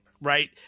right